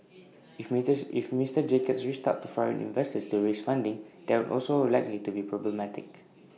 if if Mister Jacobs reached out to foreign investors to raise funding that would also A likely to be problematic